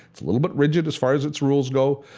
it's a little bit rigid as far as its rules go